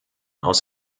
aus